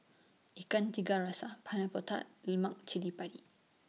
Ikan Tiga Rasa Pineapple Tart Lemak Cili Padi